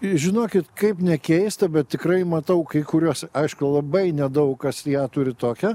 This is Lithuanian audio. žinokit kaip ne keista bet tikrai matau kai kuriuos aišku labai nedaug kas ją turi tokią